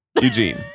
Eugene